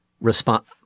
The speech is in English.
response